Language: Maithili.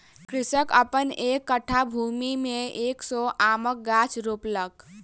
कृषक अपन एक कट्ठा भूमि में एक सौ आमक गाछ रोपलक